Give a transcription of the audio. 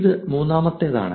ഇത് മൂന്നാമത്തേതാണ്